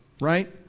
right